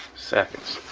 seconds.